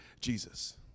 Jesus